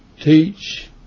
teach